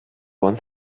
one